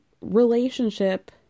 relationship